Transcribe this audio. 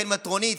כן מטרונית,